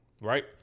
Right